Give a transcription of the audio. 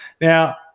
Now